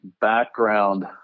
background